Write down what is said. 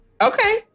Okay